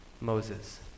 Moses